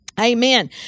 Amen